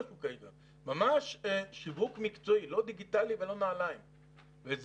ממש שיווק מקצועי ולא דיגיטלי וזה יקום